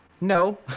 no